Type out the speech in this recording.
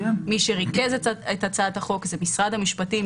מי שריכז את הצעת החוק זה משרד המשפטים,